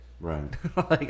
Right